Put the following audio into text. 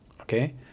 Okay